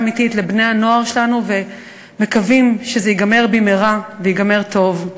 אמיתית לבני הנוער שלנו ומקווים שזה ייגמר במהרה וייגמר טוב.